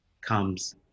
comes